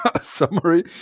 summary